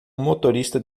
motorista